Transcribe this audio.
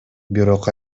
бирок